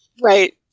Right